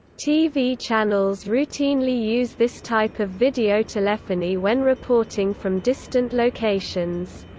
tv channels routinely use this type of videotelephony when reporting from distant locations.